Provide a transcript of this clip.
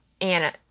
Anna